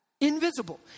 Invisible